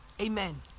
amen